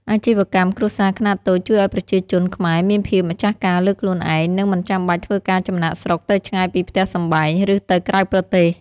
អាជីវកម្មគ្រួសារខ្នាតតូចជួយឱ្យប្រជាជនខ្មែរមានភាពម្ចាស់ការលើខ្លួនឯង និងមិនចាំបាច់ធ្វើការចំណាកស្រុកទៅឆ្ងាយពីផ្ទះសម្បែង ឬទៅក្រៅប្រទេស។